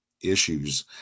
issues